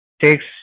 takes